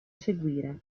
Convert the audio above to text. seguire